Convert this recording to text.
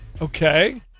Okay